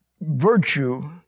virtue